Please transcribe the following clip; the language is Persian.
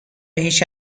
هیچ